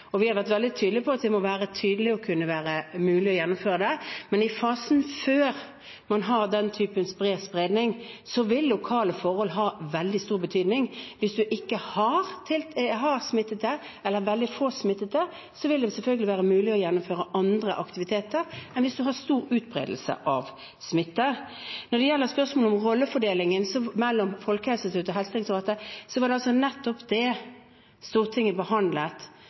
Vi har vært veldig tydelige på at vi må være tydelige, og at det må være mulig å gjennomføre rådene, men i fasen før man har den typen spredning, vil lokale forhold ha veldig stor betydning. Hvis man ikke har smittede, eller det er få smittede, vil det selvfølgelig være mulig å gjennomføre andre aktiviteter enn hvis man har stor utbredelse av smitte. Når det gjelder spørsmålet om rollefordelingen mellom Folkehelseinstituttet og Helsedirektoratet, behandlet Stortinget nettopp det våren 2019. Det